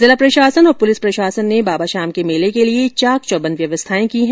जिला प्रशासन और पुलिस प्रशासन ने बाबा श्याम के मेले के लिए चाक चौबंद व्यवस्था की गई है